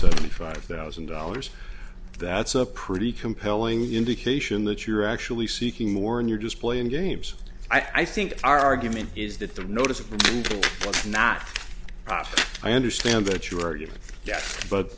seventy five thousand dollars that's a pretty compelling indication that you're actually seeking more and you're just playing games i think our argument is that the notice of not i understand that your argument yes but